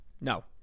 No